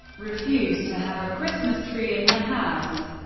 refused to have a christmas tree in the house,